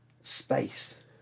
space